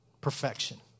Perfection